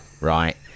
right